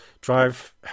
drive